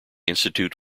institute